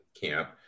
camp